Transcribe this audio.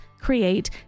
create